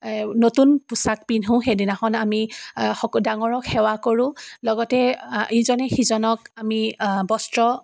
নতুন পোচাক পিন্ধু সেই দিনাখন আমি সক ডাঙৰক সেৱা কৰোঁ লগতে ইজনে সিজনক আমি বস্ত্ৰ